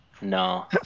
No